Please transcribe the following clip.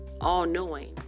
all-knowing